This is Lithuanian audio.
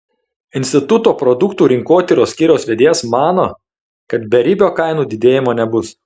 instituto produktų rinkotyros skyriaus vedėjas mano kad beribio kainų didėjimo nebus